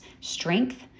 strength